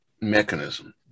mechanism